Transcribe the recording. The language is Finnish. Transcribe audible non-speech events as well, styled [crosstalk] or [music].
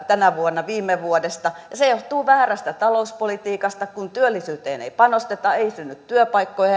tänä vuonna viime vuodesta ja se johtuu väärästä talouspolitiikasta kun työllisyyteen ei panosteta ei synny työpaikkoja [unintelligible]